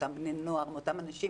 מאותם בני נוער ומאותם אנשים